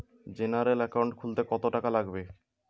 General account খুলতে কত টাকা লাগবে?